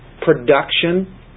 production